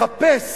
מחפש